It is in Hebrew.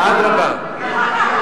אדרבה.